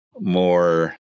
More